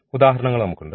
ഉദാഹരണങ്ങൾഉണ്ട്